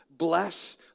bless